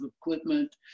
equipment